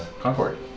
Concord